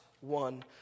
one